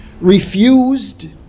refused